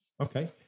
Okay